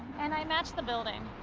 and i match the building.